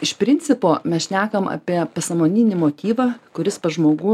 iš principo mes šnekam apie pasąmoninį motyvą kuris pas žmogų